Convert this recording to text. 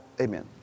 Amen